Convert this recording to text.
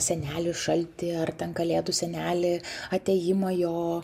senelį šaltį ar ten kalėdų senelį atėjimą jo